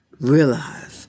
Realize